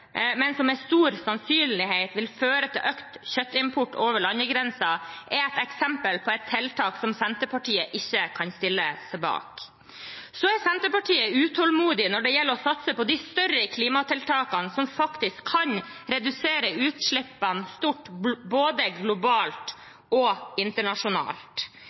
men som med stor sannsynlighet vil føre til økt kjøttimport over landegrensene, er et eksempel på tiltak som Senterpartiet ikke kan stille seg bak. Senterpartiet er utålmodig når det gjelder å satse på de større klimatiltakene som faktisk kan redusere utslippene stort både globalt og internasjonalt.